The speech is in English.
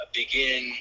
begin